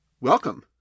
welcome